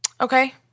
okay